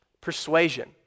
Persuasion